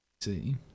See